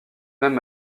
même